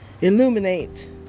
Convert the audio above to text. Illuminate